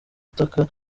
ataka